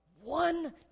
One